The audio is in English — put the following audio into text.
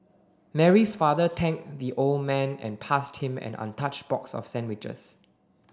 Mary's father thanked the old man and passed him an untouched box of sandwiches